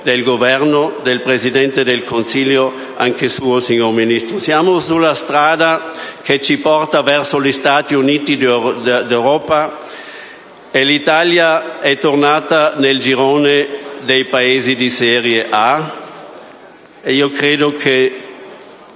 del Governo, del Presidente del Consiglio e anche suo, signor Ministro. Siamo sulla strada che ci porta verso gli Stati Uniti d'Europa, e l'Italia è tornata nel girone dei Paesi di serie A. Credo